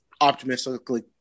optimistically